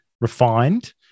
refined